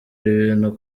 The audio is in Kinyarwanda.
ibintu